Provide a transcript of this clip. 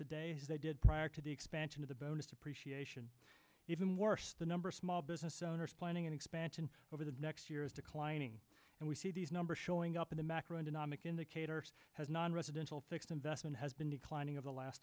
today as they did prior to the expansion of the bonus appreciation even worse the number of small business owners planning an expansion over the next year is declining and we see these numbers showing up in the anomic indicator has nonresidential fixed investment has been declining of the last